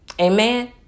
Amen